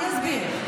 אני אסביר.